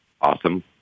awesome